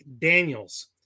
Daniels